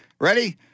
Ready